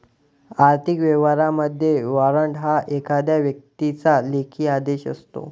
आर्थिक व्यवहारांमध्ये, वॉरंट हा एखाद्या व्यक्तीचा लेखी आदेश असतो